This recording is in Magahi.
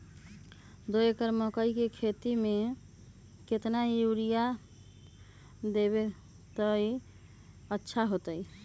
दो एकड़ मकई के खेती म केतना यूरिया देब त अच्छा होतई?